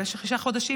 במשך תשעה חודשים,